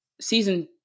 season